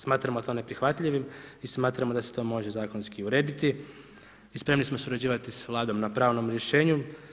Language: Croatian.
Smatramo to neprihvatljivim i smatramo da se to može zakonski urediti i spremni smo surađivati sa Vladom na pravnom rješenju.